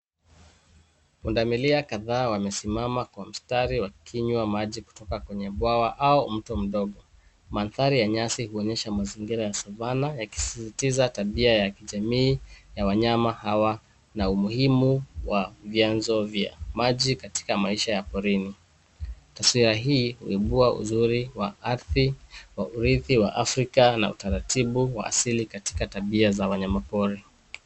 Pundamilia kadhaa wamesimama kwa mstari wakinywa maji kutoka kwenye bwawa au mto mdogo. Mandari ya nyasi huonyesha mazingira ya savanna, yakisisitiza tabia ya jamii ya wanyama hawa na umuhimu wa vyanzo vya maji katika maisha ya porini. Taswira hii huibua uzuri wa ardhi wa urithi wa Afrika na utaratibu wa asili katika tabia za wanyamapori.